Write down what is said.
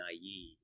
naive